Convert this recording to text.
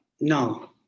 no